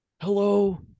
Hello